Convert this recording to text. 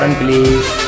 please